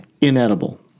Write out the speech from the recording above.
inedible